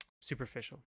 superficial